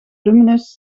luminus